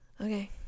okay